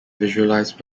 visualize